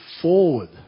forward